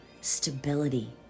stability